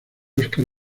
oscar